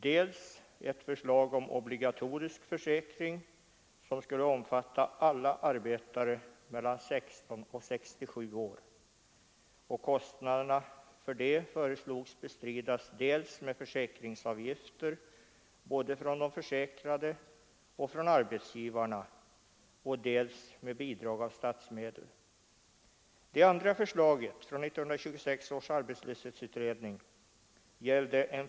Det ena var ett förslag om obligatorisk försäkring som skulle omfatta alla arbetare mellan 16 och 67 år och kostnaderna för detta föreslogs bestridas dels med försäkringsavgifter både från de försäkrade och från arbetsgivarna och dels med bidrag av statsmedel.